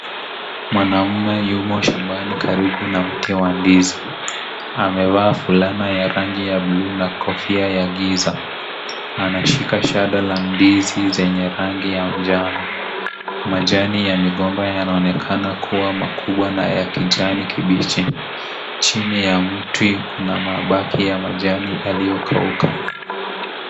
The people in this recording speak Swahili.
Mwanaume yumo shambani karibu na mti wa ndizi. Amevaa fulana ya rangi ya buluu na kofia ya giza. Anashika shada la ndizi zenye rangi ya njano. Majani ya migomba yanaonekana kuwa makubwa na ya kijani kibichi. Chini ya mti kuna mabaki ya majani yaliyokauka.